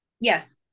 Yes